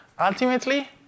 ultimately